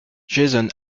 jason